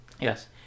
yes